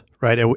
right